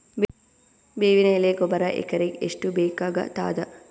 ಬೇವಿನ ಎಲೆ ಗೊಬರಾ ಎಕರೆಗ್ ಎಷ್ಟು ಬೇಕಗತಾದ?